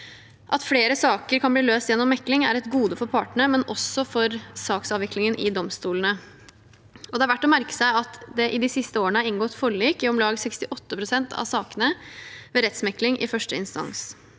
At flere saker kan bli løst gjennom mekling, er et gode for partene, men også for saksavviklingen i domstolene. Det er verdt å merke seg at det i de siste årene er inngått forlik i om lag 68 pst. av sakene ved rettsmekling i første instans.